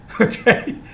Okay